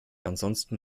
ansonsten